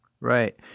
Right